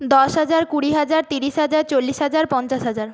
দশ হাজার কুড়ি হাজার তিরিশ হাজার চল্লিশ হাজার পঞ্চাশ হাজার